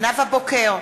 נאוה בוקר,